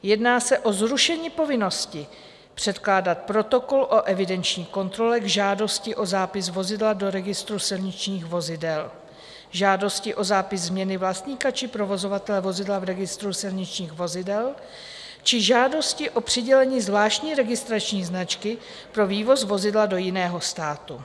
Jedná se o zrušení povinnosti předkládat protokol o evidenční kontrole k žádosti o zápis vozidla do registru silničních vozidel; žádosti o zápis změny vlastníka či provozovatele vozidla v registru silničních vozidel; žádosti o přidělení zvláštní registrační značky pro vývoz vozidla do jiného státu;